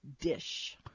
dish